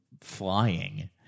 flying